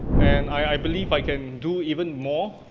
and i believe i can do even more,